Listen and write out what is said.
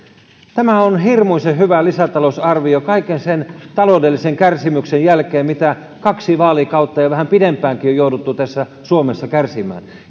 tämä on hirmuisen hyvä lisätalousarvio kaiken sen taloudellisen kärsimyksen jälkeen mitä kaksi vaalikautta ja vähän pidempäänkin on jouduttu suomessa kärsimään